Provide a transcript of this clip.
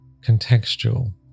contextual